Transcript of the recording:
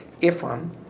Ephraim